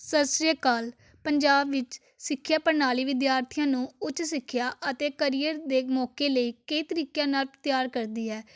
ਸਤਿ ਸ਼੍ਰੀ ਅਕਾਲ ਪੰਜਾਬ ਵਿੱਚ ਸਿੱਖਿਆ ਪ੍ਰਣਾਲੀ ਵਿਦਿਆਰਥੀਆਂ ਨੂੰ ਉੱਚ ਸਿੱਖਿਆ ਅਤੇ ਕਰੀਅਰ ਦੇ ਮੌਕੇ ਲਈ ਕਈ ਤਰੀਕਿਆਂ ਨਾਲ ਤਿਆਰ ਕਰਦੀ ਹੈ